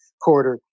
quarter